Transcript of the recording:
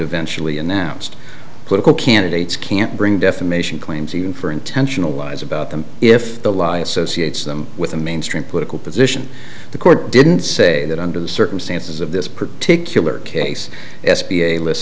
eventually announced political candidates can't bring defamation claims even for intentional lies about them if the law associates them with a mainstream political position the court didn't say that under the circumstances of this particular case s